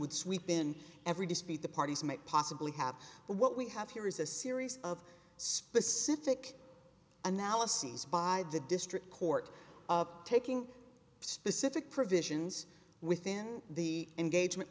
would sweep in every dispute the parties might possibly have but what we have here is a series of specific analyses by the district court taking specific provisions within the engagement